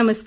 नमस्कार